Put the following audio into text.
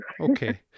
Okay